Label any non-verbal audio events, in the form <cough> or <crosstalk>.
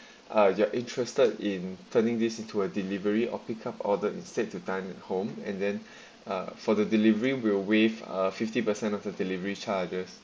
ah you are interested in turning this into a delivery or pick up order instead to dine at home and then <breath> uh for the delivery will waive a fifty per cent of the delivery charges